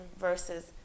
versus